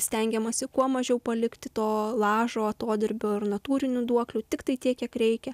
stengiamasi kuo mažiau palikti to lažo atodirbio ar natūrinių duoklių tiktai tiek kiek reikia